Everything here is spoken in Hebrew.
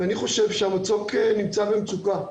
שהמצוק נמצא במצוקה.